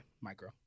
Micro